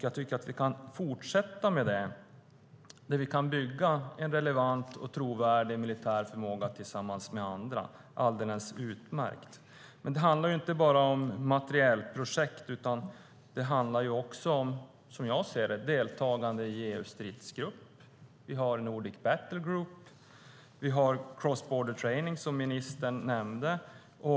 Jag tycker att vi ska fortsätta med det för att bygga en relevant och trovärdig militär förmåga tillsammans med andra. Det handlar dock inte bara om materielprojekt utan också om deltagande i EU:s stridsgrupp. Vi har också Nordic Battlegroup och cross-border training, som ministern nämnde.